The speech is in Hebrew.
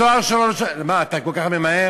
התואר שלו, מה, אתה כל כך ממהר?